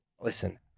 listen